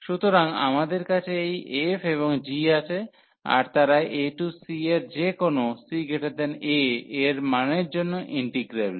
সুতরাং আমাদের কাছে এই f এবং g আছে আর তারা a টু c এর যেকোনো ca এর মানের জন্য ইন্টিগ্রেবল